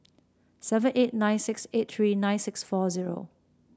seven eight nine six eight three nine six four zero